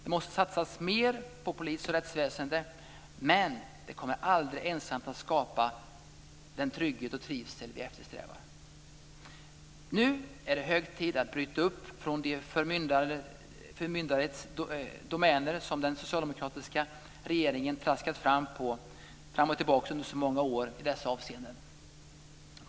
Det måste satsas mer på polis och rättsväsende. Men det kommer aldrig ensamt att skapa den trygghet och trivsel vi eftersträvar. Nu är det hög tid att bryta upp från det förmynderiets domäner som den socialdemokratiska regeringen traskat fram och tillbaka på under så många år i dessa avseenden.